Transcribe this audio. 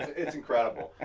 it's incredible.